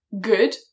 good